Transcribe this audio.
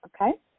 okay